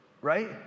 right